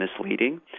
misleading